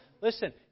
Listen